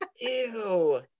Ew